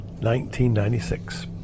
1996